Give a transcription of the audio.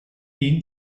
been